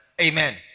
Amen